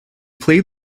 played